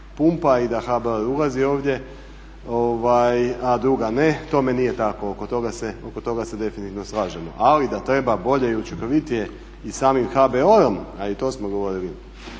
pumpa i da HBOR ulazi ovdje, a druga ne, tome nije tako, oko toga se definitivno slažemo. Ali da treba bolje i učinkovitije i samim HBOR-om, a i to smo govorili,